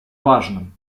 важном